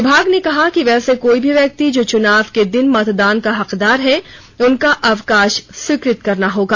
विभाग ने कहा कि वैसे कोई भी व्यक्ति जो चुनाव के दिन मतदान का हकदार है उनका अवकाश स्वीकृत करना होगा